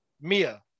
Mia